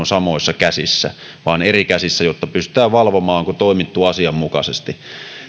samoissa käsissä vaan eri käsissä jotta pystytään valvomaan onko toimittu asianmukaisesti